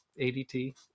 ADT